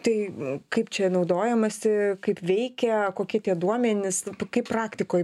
tai kaip čia naudojamasi kaip veikia kokie tie duomenys kaip praktikoj